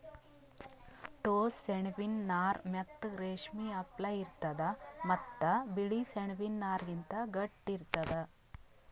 ಟೋಸ್ಸ ಸೆಣಬಿನ್ ನಾರ್ ಮೆತ್ತಗ್ ರೇಶ್ಮಿ ಅಪ್ಲೆ ಇರ್ತದ್ ಮತ್ತ್ ಬಿಳಿ ಸೆಣಬಿನ್ ನಾರ್ಗಿಂತ್ ಗಟ್ಟಿ ಇರ್ತದ್